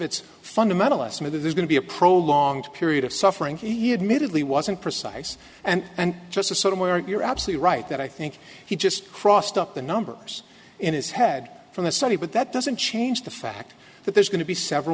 it's fundamentalism it is going to be a pro long period of suffering he admitted lee wasn't precise and just a sort of where you're absolutely right that i think he just crossed up the numbers in his head from the study but that doesn't change the fact that there's going to be several